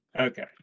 okay